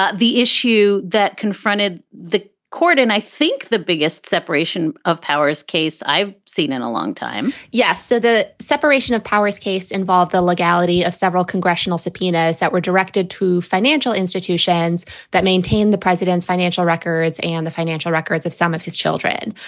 ah the issue that confronted the court and i think the biggest separation of powers case i've seen in a long time yes. so the separation of powers case involved the legality of several congressional subpoenas that were directed to financial institutions that maintain the president's financial records and the financial records of some of his children.